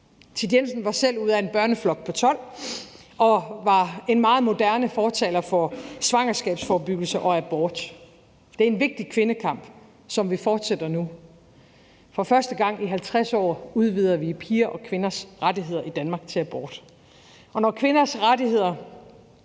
Thit Jensen var selv ud af en børneflok på 12 og var en meget moderne fortaler for svangerskabsforebyggelse og abort. Det er en vigtig kvindekamp, som vi fortsætter nu. For første gang i 50 år udvider vi piger og kvinders rettigheder til abort i Danmark. Og når kvinders rettigheder